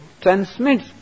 transmits